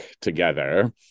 together